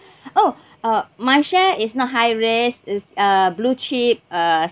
oh uh my share is not high risk it's uh blue chip uh